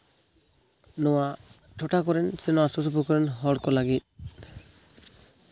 ᱱᱚᱣᱟ ᱴᱚᱴᱷᱟ ᱠᱚᱨᱮᱱ ᱥᱮ ᱱᱚᱣᱟ ᱥᱩᱨ ᱥᱩᱯᱩᱨ ᱠᱚᱨᱮᱱ ᱦᱚᱲᱠᱚ ᱞᱟᱹᱜᱤᱫ